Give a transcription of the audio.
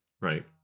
Right